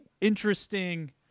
interesting